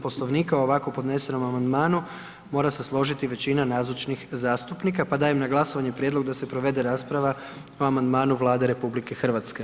Poslovnika o ovako podnesenom amandmanu mora se složiti većina nazočnih zastupnika, pa dajem na glasovanje prijedlog da se provede rasprava o amandmanu Vlade RH.